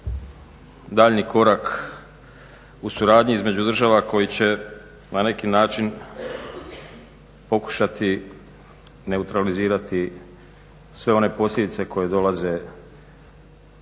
daljnji korak u suradnji između država koji će na neki način pokušati neutralizirati sve one posljedice koje dolaze kroz